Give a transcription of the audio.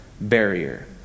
barrier